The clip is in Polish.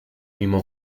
mimo